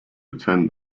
attend